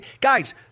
Guys